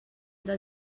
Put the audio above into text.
del